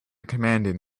commanding